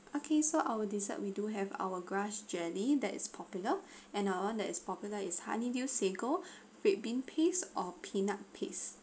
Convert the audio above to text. okay so our dessert we do have our grass jelly that is popular and another one that is popular is honeydew sago red bean paste or peanut paste